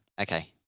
Okay